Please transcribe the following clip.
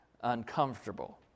Uncomfortable